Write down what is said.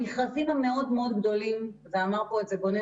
המכרזים המאוד-מאוד גדולים ואמר פה את זה גוני